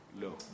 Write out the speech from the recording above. low